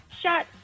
Shut